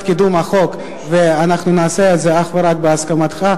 קידום החוק ואנחנו נעשה את זה אך ורק בהסכמתך,